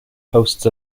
hosts